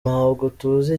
tuzi